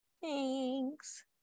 Thanks